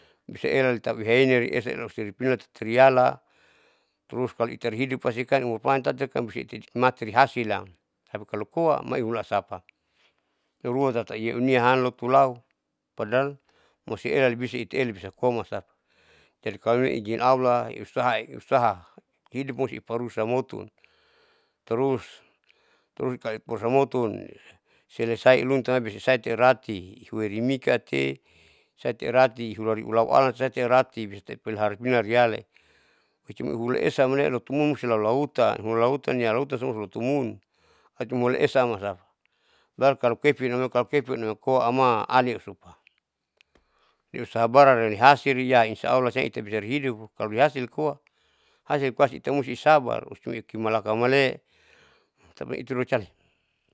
Bisa ela nitau ihaenin esa niau siripinan tutuiala terus kalo itari hidup pasti ikaani umurpanjang mati ihasilnam tapi kalo koa maihula asapa, iheruan tataniahuan anloto aupadahal mosielalibisa itaela tutulikom asapa jadi kalome ijin allah usaha em usaha hidupmusti parusak motun tru turukalo ikosamotun selesi iluntabis taiterati huoirikmika te husai erati hulalau ealan bisa ipilihara inante tialan icimai hulaesa amoto munmusti lau lautan lautan ya lautan solutumun tati hulaesa amasapa lalu kalo kepin name kalokepin koa sama aliusupa niusabaran loinihasiria insyaallah neitabisa rihidup kalo lihasil koa hasil pasti itamusti isabar baru utui ikimalaka male tapi itudolo cale.